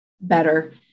better